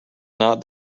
not